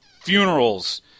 funerals